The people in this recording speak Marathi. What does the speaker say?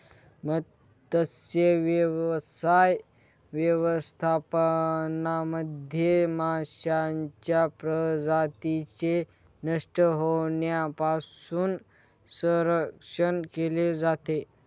मत्स्यव्यवसाय व्यवस्थापनामध्ये माशांच्या प्रजातींचे नष्ट होण्यापासून संरक्षण केले जाते